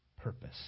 purpose